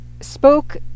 spoke